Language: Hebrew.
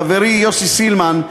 חברי יוסי סילמן,